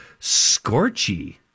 Scorchy